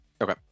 okay